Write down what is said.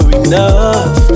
enough